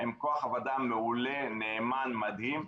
הן כוח עבודה מעולה, נאמן, מדהים.